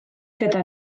gyda